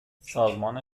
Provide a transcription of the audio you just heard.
سازمان